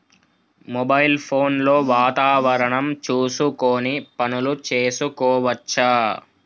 Mobile phone లో వాతావరణం చూసుకొని పనులు చేసుకోవచ్చా?